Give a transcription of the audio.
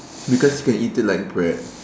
because you can eat it like bread